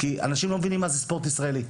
כי אנשים לא מבינים מה זה ספורט ישראלי.